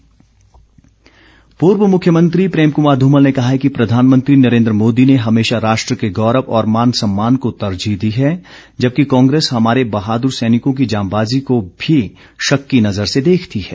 धूमल पूर्व मुख्यमंत्री प्रेम कुमार ध्मल ने कहा है कि प्रधानमंत्री नरेन्द्र मोदी ने हमेशा राष्ट्र के गौरव और मान सम्मान को तरजीह दी है जबकि कांग्रेस हमारे बहादुर सैनिकों की जांबाजी को भी शक की नजर से देखती है